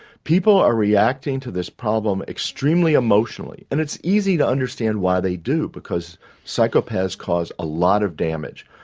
people are reacting to this problem extremely emotionally, and it's easy to understand why they do because psychopaths cause a lot of damage.